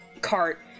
cart